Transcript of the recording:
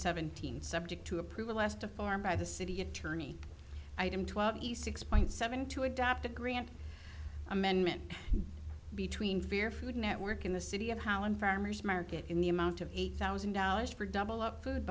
seventeen subject to approval last a form by the city attorney item twelve east six point seven two adopted grant amendment between fear food network in the city of holland farmer's market in the amount of one thousand dollars for double up food